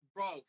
Bro